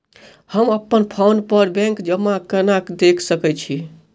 हम अप्पन फोन पर बैंक जमा केना देख सकै छी?